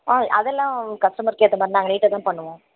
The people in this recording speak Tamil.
ஆ அதெல்லாம் கஸ்டமர்க்கு ஏற்றமாரி நாங்கள் நீட்டாகதான் பண்ணுவோம்